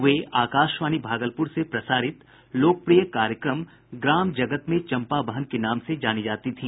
वे आकाशवाणी भागलपूर से प्रसारित लोकप्रिय कार्यक्रम ग्राम जगत में चम्पा बहन के नाम से जानी जाती थी